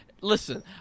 Listen